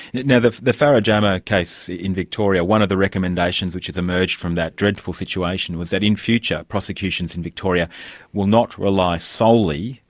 now the the farah jama case in victoria, one of the recommendations which has emerged from that dreadful situation was that in future, prosecutions in victoria will not rely solely,